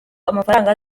amafaranga